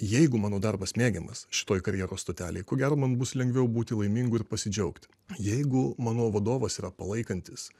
jeigu mano darbas mėgiamas šitoj karjeros stotelėje ko gero man bus lengviau būti laimingu ir pasidžiaugti jeigu mano vadovas yra palaikantis